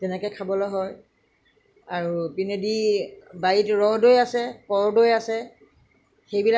তেনেকেই খাবলৈ হয় আৰু ইপিনেদি বাৰীত ৰহদৈ আছে কৰদৈ আছে